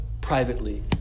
privately